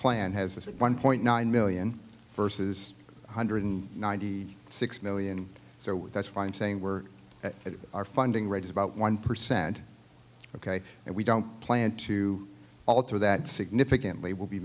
plan has this one point nine million versus one hundred and ninety six million so that's why i'm saying we're at our funding rate is about one percent ok and we don't plan to alter that significantly will be